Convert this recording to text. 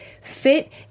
fit